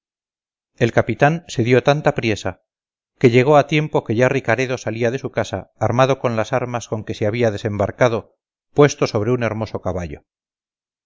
el capitán se dio tanta priesa que llegó a tiempo que ya ricaredo salía de su casa armado con las armas con que se había desembarcado puesto sobre un hermoso caballo